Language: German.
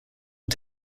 und